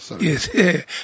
Yes